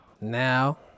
now